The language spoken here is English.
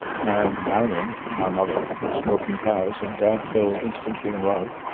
and marion, my mother, was milking cows and dad fell instantly in love.